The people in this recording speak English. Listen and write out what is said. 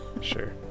sure